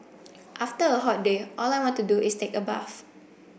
after a hot day all I want to do is take a bath